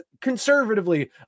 conservatively